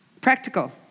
Practical